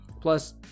Plus